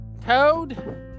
Toad